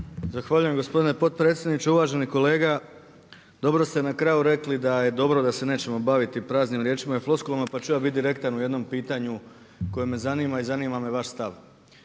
Zahvaljujem gospodine potpredsjedniče, uvaženi kolega dobro ste na kraju rekli da je dobro da se nećemo baviti praznim riječima i floskulama pa ću ja biti direktan u jednom pitanju koje me zanima i zanima me vaš stav.